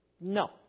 No